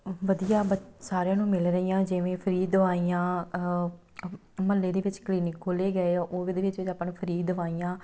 ਵਧੀਆਂ ਬ ਸਾਰਿਆਂ ਨੂੰ ਮਿਲ ਰਹੀਆਂ ਜਿਵੇਂ ਫ੍ਰੀ ਦਵਾਈਆਂ ਉਹ ਮਹੱਲੇ ਦੇ ਵਿੱਚ ਕਲੀਨਿਕ ਖੋਲ੍ਹੇ ਗਏ ਉਹ ਵੀ ਉਹਦੇ ਵਿੱਚ ਵੀ ਆਪਾਂ ਨੂੰ ਫ੍ਰੀ ਦਵਾਈਆਂ